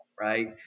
right